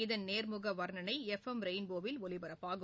இதன் நேர்முக வர்ணனை எப்எம் ரெயின்போவில் ஒலிபரப்பாகிறது